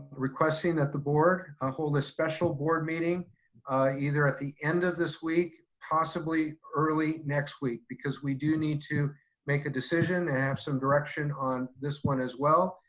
requesting that the board hold a special board meeting either at the end of this week, possibly early next week, because we do need to make a decision and have some direction on this one as well.